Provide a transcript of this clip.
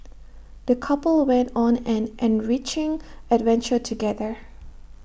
the couple went on an enriching adventure together